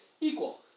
equal